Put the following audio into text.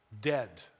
dead